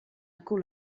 cul